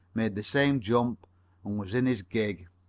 made the same jump and was in his gig.